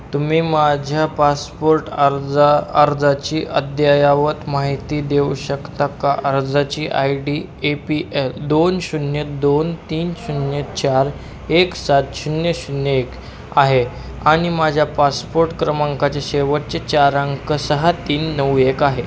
तुम्ही माझ्या पासपोर्ट अर्जा अर्जाची अद्ययावत माहिती देऊ शकता का अर्जाची I D A P L दोन शून्य दोन तीन शून्य चार एक सात शून्य शून्य एक आहे आणि माझ्या पासपोर्ट क्रमांकाचे शेवटचे चार अंक सहा तीन नऊ एक आहे